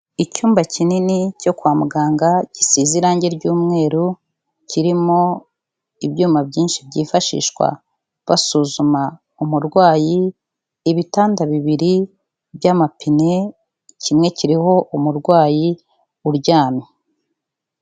Icyumba kinini cyo kwa muganga gisize irangi ry'umweru, kirimo ibyuma byinshi byifashishwa basuzuma umurwayi, ibitanda bibiri by'amapine kimwe kiriho umurwayi uryamye.